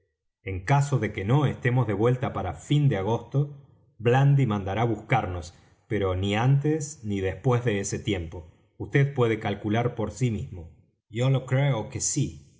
en caso de que no estemos de vuelta para el fin de agosto blandy mandará buscarnos pero ni antes ni después de ese tiempo vd puede calcular por sí mismo yo lo creo que sí